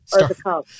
overcome